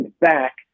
back